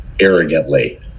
arrogantly